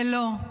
ולא,